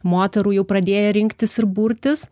moterų jau pradėję rinktis ir burtis